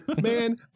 man